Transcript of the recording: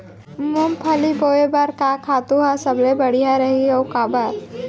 मूंगफली बोए बर का खातू ह सबले बढ़िया रही, अऊ काबर?